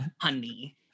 honey